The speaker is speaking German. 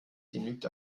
genügt